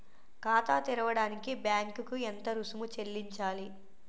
ఖాతా తెరవడానికి బ్యాంక్ కి ఎంత రుసుము చెల్లించాలి?